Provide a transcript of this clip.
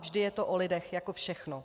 Vždy je to o lidech, jako všechno.